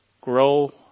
grow